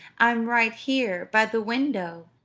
i'm right here by the window.